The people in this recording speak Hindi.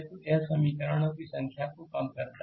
तो यह समीकरण की संख्या को कम करता है